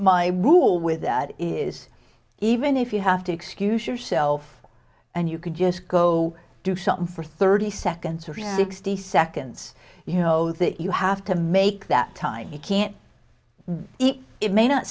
my rule with that is even if you have to excuse yourself and you can just go do something for thirty seconds or a seconds you know that you have to make that time you can't eat it may not